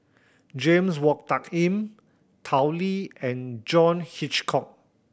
James Wong Tuck Yim Tao Li and John Hitchcock